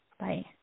Bye